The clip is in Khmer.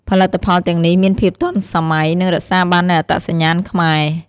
ផលិតផលទាំងនេះមានភាពទាន់សម័យ និងរក្សាបាននូវអត្តសញ្ញាណខ្មែរ។